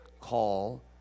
call